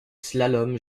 slalom